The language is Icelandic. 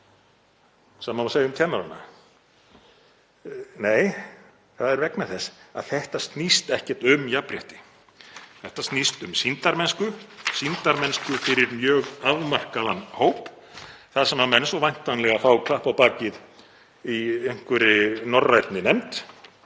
Sama má segja um kennarana. Nei, það er vegna þess að þetta snýst ekkert um jafnrétti. Þetta snýst um sýndarmennsku fyrir mjög afmarkaðan hóp, þar sem menn fá svo væntanlega klapp á bakið í einhverri norrænni nefnd